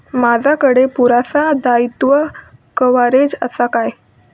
माजाकडे पुरासा दाईत्वा कव्हारेज असा काय?